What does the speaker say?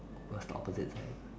where's the opposite side